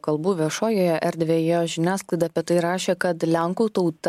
kalbų viešojoje erdvėje žiniasklaida apie tai rašė kad lenkų tauta